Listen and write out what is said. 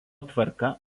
tvarka